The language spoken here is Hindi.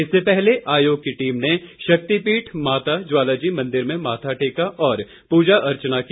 इससे पहले आयोग की टीम ने शक्तिपीठ माता ज्वालाजी मंदिर में माथा टेका और प्रजा अर्चना की